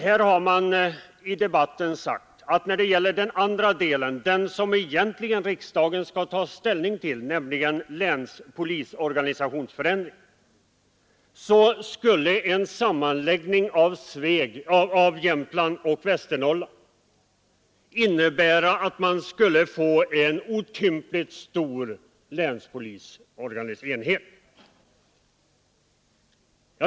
Nu har man i debatten sagt att när det gäller polisorganisationsförändringen — den del av denna fråga som riksdagen egentligen skall ta ställning till — så skulle en sammanslagning av Jämtland och Västernorrland medföra att man fick en otympligt stor länspolisenhet.